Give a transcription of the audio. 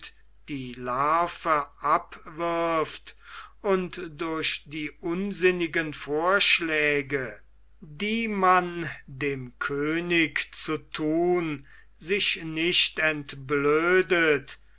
die larve abwirft und durch die unsinnigen vorschläge die man dem könig zu thun sich nicht entblödet